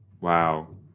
Wow